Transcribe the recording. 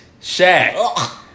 Shaq